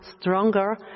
stronger